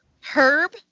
Herb